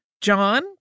John